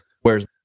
whereas